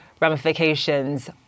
ramifications